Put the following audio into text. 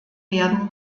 werden